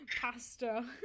Pasta